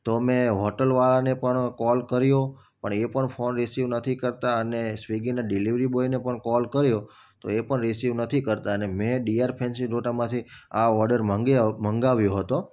તો મેં હોટલવાળાને પણ કોલ કર્યો એ પણ ફોન રિસીવ નથી કરતા અને સ્વિગીના ડિલેવરી બૉયને પણ કોલ કર્યો તો એ પણ રિસીવ નથી કરતા અને મેં માંથી આ ઓર્ડર મંગાવ્યો હતો